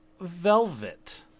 velvet